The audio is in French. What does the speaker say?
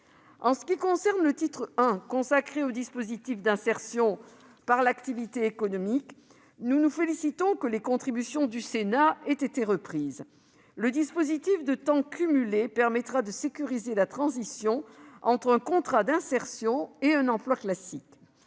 En ce qui concerne le titre I consacré aux dispositifs d'insertion par l'activité économique, nous nous félicitons que les contributions du Sénat aient été reprises. Le dispositif de temps cumulé permettra de sécuriser la transition entre un contrat d'insertion et un emploi classique.